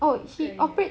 so scary eh